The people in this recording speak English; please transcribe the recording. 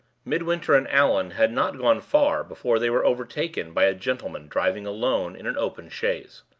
midwinter and allan had not gone far before they were overtaken by a gentleman driving alone in an open chaise.